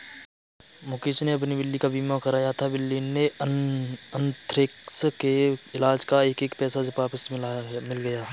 मुकेश ने अपनी बिल्ली का बीमा कराया था, बिल्ली के अन्थ्रेक्स के इलाज़ का एक एक पैसा वापस मिल गया